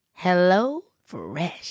HelloFresh